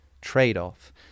trade-off